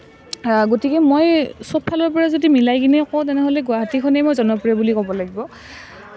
গতিকে মই সব ফালৰ যদি পৰা মিলাই কিনে কওঁ তেনেহ'লে গুৱাহাটীখনেই মই জনপ্ৰিয় বুলি ক'ব লাগিব